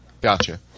gotcha